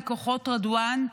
מכוחות רדואן,